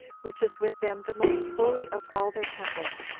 which is with them the most holy of all their temples,